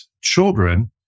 children